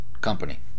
company